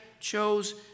chose